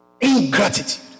Ingratitude